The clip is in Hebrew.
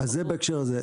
אז זה בהקשר הזה.